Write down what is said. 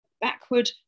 Backward